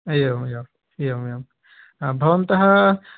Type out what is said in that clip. हा एवमेव एवमेवं भवन्तः